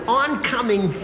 oncoming